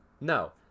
no